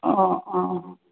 অঁ অঁ